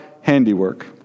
handiwork